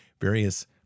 various